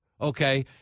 okay